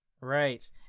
right